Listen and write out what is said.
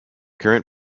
current